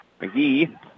McGee